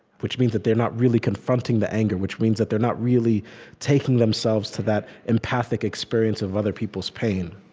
which means that they're not really confronting the anger, which means that they're not really taking themselves to that empathic experience of other people's pain